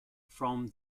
from